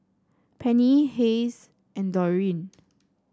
Penny Hays and Doreen